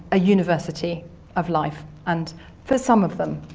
a university of life. and for some of them.